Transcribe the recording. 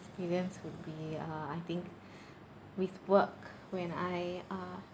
experience would be uh I think with work when I uh